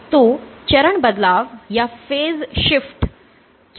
तो चरण बदलाव क्या है